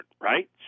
right